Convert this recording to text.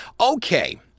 Okay